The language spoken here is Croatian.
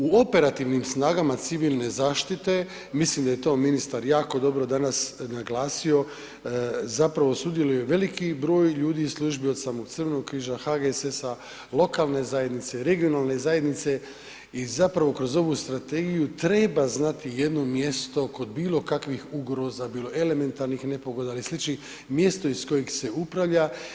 U operativnim snagama civilne zaštite, mislim da je to ministar jako dobro danas naglasio, zapravo sudjeluje veliki broj ljudi i službi, od samog Crvenog križa, HGSS-a, lokalne zajednice, regionalne zajednice i zapravo kroz ovu strategiju treba znati jedno mjesto kod bilo kakvih ugroza, bilo elementarnih nepogoda ili sličnih, mjesto iz kojeg se upravlja.